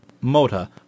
Mota